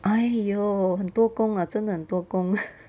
!aiyo! 很多工 uh 真的很多工